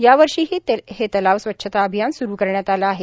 यावर्षीही हे तलाव स्वच्छता अभियान सुरू करण्यात आले आहे